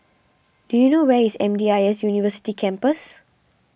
do you know where is M D I S University Campus